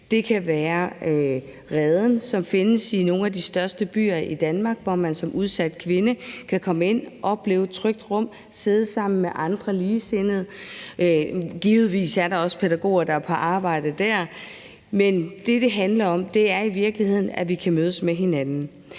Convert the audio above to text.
Det kan være Reden, som findes i nogle af de største byer i Danmark, hvor man som udsat kvinde kan komme ind og opleve et trygt rum og sidde sammen med andre ligesindede; givetvis er der også pædagoger, der er på arbejde der. Men det, det handler om, er i virkeligheden, at vi kan mødes med hinanden.